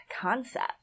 concept